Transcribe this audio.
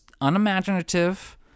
unimaginative